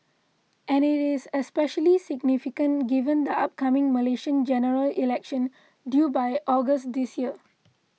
and it is especially significant given the upcoming Malaysian General Election due by August this year